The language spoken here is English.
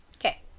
Okay